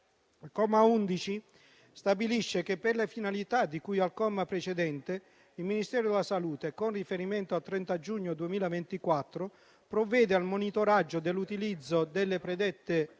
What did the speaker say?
Il comma 11 stabilisce che per le finalità di cui al comma precedente, il Ministero della salute, con riferimento al 30 giugno 2024, provvede al monitoraggio dell'utilizzo delle predette